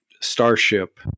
Starship